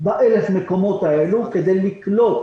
ב-1,000 מקומות האלה כדי לקלוט